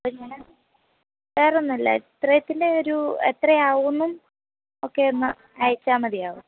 വേറെ ഒന്നുമില്ല ഇത്രത്തിൻ്റെ ഒരു എത്ര ആവുമെന്നും ഒക്കെ ഒന്നു അയച്ചാൽ മതിയാവും